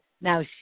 now